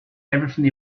everything